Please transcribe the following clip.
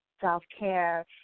self-care